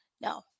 No